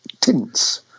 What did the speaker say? tints